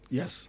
Yes